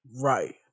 Right